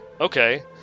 okay